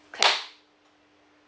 clap